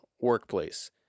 workplace